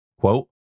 quote